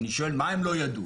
אני שואל, מה הם לא ידעו?